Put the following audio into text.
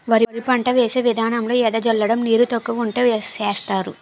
వరి పంట వేసే విదానంలో ఎద జల్లడం నీరు తక్కువ వుంటే సేస్తరు